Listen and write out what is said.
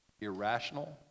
irrational